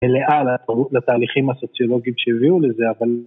לעל התהליכים הסוציולוגיים שהביאו לזה אבל